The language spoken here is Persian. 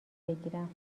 بگیرم